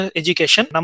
education